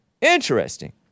Interesting